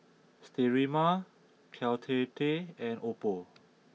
Sterimar Caltrate and Oppo